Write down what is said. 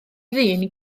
ddyn